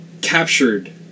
captured